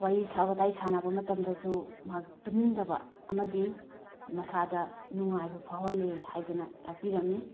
ꯋꯥꯔꯤ ꯋꯥꯇꯥꯏ ꯁꯥꯟꯅꯕ ꯃꯇꯝꯗꯁꯨ ꯃꯍꯥꯛ ꯇꯨꯝꯅꯤꯡꯗꯕ ꯑꯃꯗꯤ ꯃꯁꯥꯗ ꯅꯨꯡꯉꯥꯏꯕ ꯐꯥꯎꯍꯜꯂꯤ ꯍꯥꯏꯗꯅ ꯇꯥꯛꯄꯤꯔꯝꯃꯤ